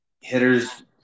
hitters